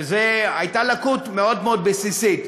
הייתה לקות מאוד מאוד בסיסית.